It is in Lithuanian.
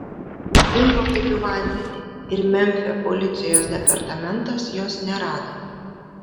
dingo kaip į vandenį ir memfio policijos departamentas jos nerado